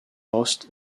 hosts